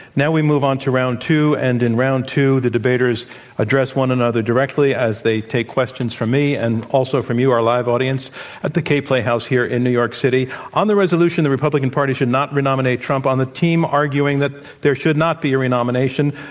now, we move on to round two and, in round two, the debaters address one another directly as they take questions from me and also from you, our live audience at the cape play house, here in new york city. on the resolution, the republican party should not re-nominate trump, on the team arguing that there should not be a re-nomination,